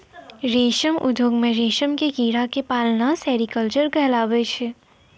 रेशम उद्योग मॅ रेशम के कीड़ा क पालना सेरीकल्चर कहलाबै छै